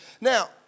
Now